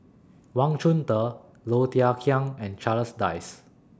Wang Chunde Low Thia Khiang and Charles Dyce